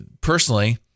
personally